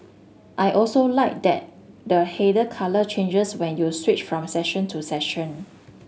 I also like that the header colour changes when you switch from section to section